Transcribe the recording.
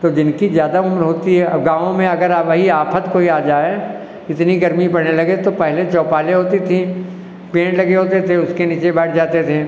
तो जिनकी ज़्यादा उम्र होती है अब गाँवों में अगर वही आफ़त कोई आ जाए इतनी गर्मी पड़ने लगे तो पहले चौपालें होती थी पेड़ लगे होते थे उसके नीचे बैठ जाते थे